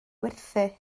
werthu